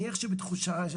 אני איכשהו בתחושה,